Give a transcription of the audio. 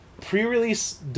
pre-release